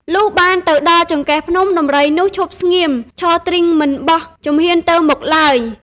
លុះបានទៅដល់ចង្កេះភ្នំ ដំរីនោះឈប់ស្ងៀម ឈរទ្រីង មិនបោះ ជំហានទៅមុខឡើយ ។